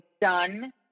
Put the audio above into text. done